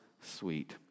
sweet